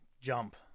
Jump